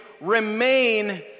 remain